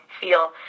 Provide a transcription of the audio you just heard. feel